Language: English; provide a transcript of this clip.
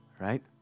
right